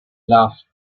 laughed